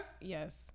Yes